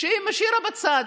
שהיא משאירה בצד,